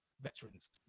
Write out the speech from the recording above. veterans